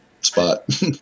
spot